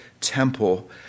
temple